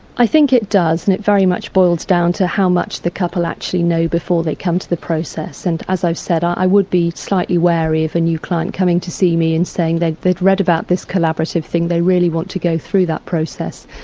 i think it does, and it very much boils down to how much the couple actually know before they come to the process. and as i've said, i would be slightly wary of a and new client coming to see me and saying they'd read about this collaborative thing, they really want to go through that process,